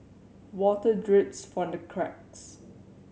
water drips from the cracks